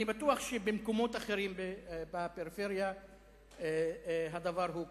אני בטוח שגם במקומות אחרים בפריפריה הדבר הוא כך.